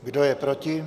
Kdo je proti?